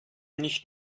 nicht